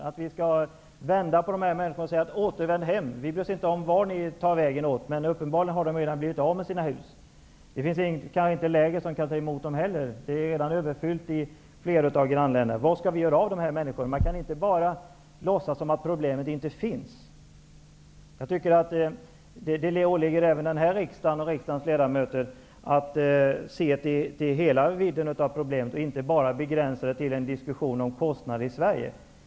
Skall vi säga till dessa människor att de skall återvända hem och att vi inte bryr oss om vart de tar vägen? Uppenbarligen har de blivit av med sina hus. Det finns inte heller något läger som kan ta emot dem, eftersom det redan är överfullt i flera av grannländerna. Vad skall vi göra med alla dessa människor? Man kan inte bara låtsas som att problemet inte finns. Det åligger även riksdagens ledamöter att se på hela vidden av problemet och inte bara begränsa det hela till en diskussion om kostnaderna i Sverige.